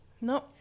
no